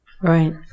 Right